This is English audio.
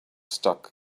stuck